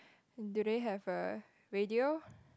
do they have uh radio